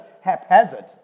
haphazard